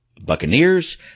Buccaneers